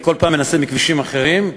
ואני כל פעם מנסה מכבישים אחרים,